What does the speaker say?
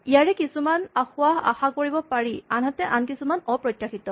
ইয়াৰে কিছুমান আসোঁৱাহ আশা কৰিব পাৰি আনহাতে আন কিছুমান অপ্ৰত্যাশিত